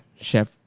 chef